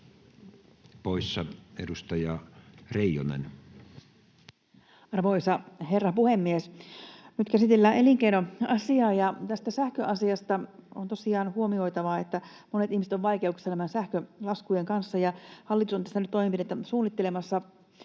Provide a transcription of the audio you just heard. Time: 14:31 Content: Arvoisa herra puhemies! Nyt käsitellään elinkeinoasiaa. Tästä sähköasiasta on tosiaan huomioitava, että monet ihmiset ovat vaikeuksissa sähkölaskujen kanssa. Hallitus on tässä nyt toimenpidettä suunnittelemassa.